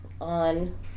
on